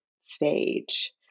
stage